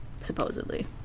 supposedly